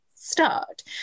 start